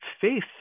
faith